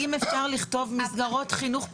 אם אפשר לכתוב מסגרות חינוך פרטיות,